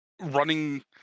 running